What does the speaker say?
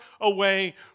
away